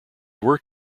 work